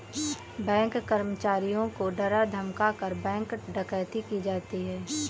bank कर्मचारियों को डरा धमकाकर, बैंक डकैती की जाती है